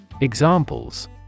Examples